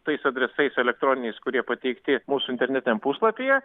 tais adresais elektroniniais kurie pateikti mūsų internetiniam puslapyje